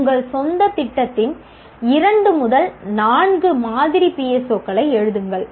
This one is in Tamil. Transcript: உங்கள் சொந்த திட்டத்தின் 2 முதல் 4 மாதிரி PSO களை எழுதுங்கள்